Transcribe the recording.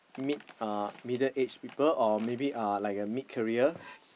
mid uh middle age people or maybe uh like a mid career